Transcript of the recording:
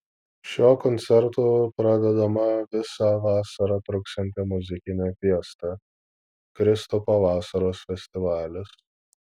šiuo koncertu pradedama visą vasarą truksianti muzikinė fiesta kristupo vasaros festivalis